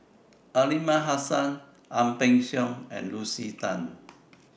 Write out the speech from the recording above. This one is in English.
Aliman Hassan Ang Peng Siong and Lucy Tan